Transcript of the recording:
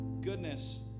goodness